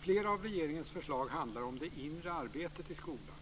Flera av regeringens förslag handlar om det inre arbetet i skolan.